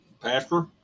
Pastor